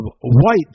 white